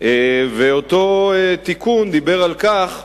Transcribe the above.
ואותו תיקון דיבר על כך,